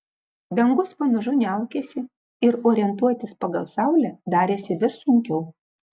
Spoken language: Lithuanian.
dangus pamažu niaukėsi ir orientuotis pagal saulę darėsi vis sunkiau